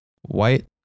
white